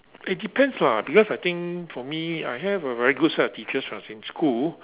it depends lah because I think for me I have a very good set of teachers from the same school